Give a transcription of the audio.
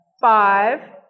five